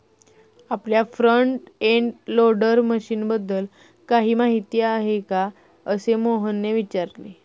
आपल्याला front end loader मशीनबद्दल काही माहिती आहे का, असे मोहनने विचारले?